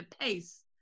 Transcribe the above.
pace